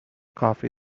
coffee